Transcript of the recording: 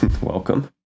Welcome